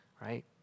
Right